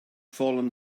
fallen